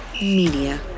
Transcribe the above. Media